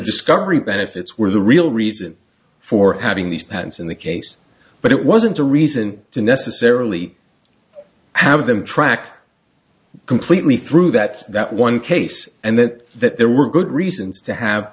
discovery benefits were the real reason for having these patents in the case but it wasn't a reason to necessarily have them track completely through that that one case and that that there were good reasons to have